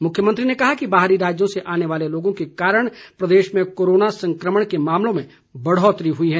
मुख्यमंत्री ने कहा कि बाहरी राज्यों से आने वाले लोगों के कारण प्रदेश में कोरोना संक्रमण के मामलों में बढ़ौतरी हुई है